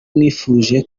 mwifuje